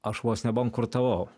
aš vos nebankrutavau